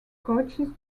coached